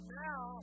now